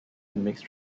mixed